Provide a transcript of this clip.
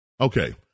Okay